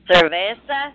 Cerveza